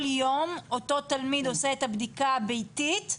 יום אותו תלמיד עושה את הבדיקה הביתית,